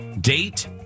Date